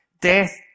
Death